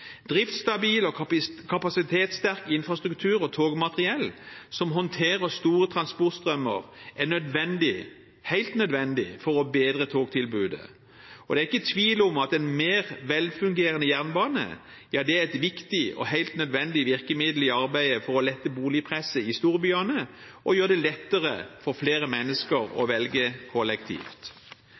Driftsstabil og kapasitetssterk infrastruktur og togmateriell som håndterer store transportstrømmer, er nødvendig, helt nødvendig for å bedre togtilbudet. Det er ikke tvil om at en mer velfungerende jernbane er et viktig og helt nødvendig virkemiddel i arbeidet for å lette boligpresset i storbyene og gjøre det lettere for flere mennesker å velge kollektivt.